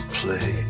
play